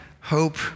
hope